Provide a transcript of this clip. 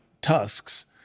tusks